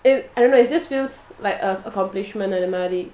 I I don't know it just feels like a accomplishment அந்தமாதிரி:andha madhiri